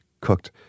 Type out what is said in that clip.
cooked